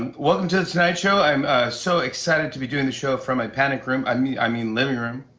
and welcome to the tonight show. i'm so excited to be doing the show from my panic room i mean i mean, living room.